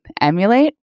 emulate